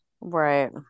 right